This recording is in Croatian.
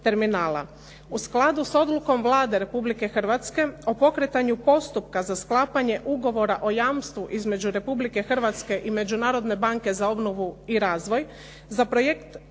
U skladu sa odlukom Vlade Republike Hrvatske o pokretanju postupka za sklapanje ugovora o jamstvu između Republike Hrvatske i Međunarodne banke za obnovu i razvoj za projekt